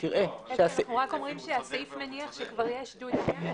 הסעיף מניח שכבר יש דוד שמש,